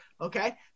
okay